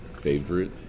Favorite